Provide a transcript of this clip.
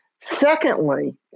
Secondly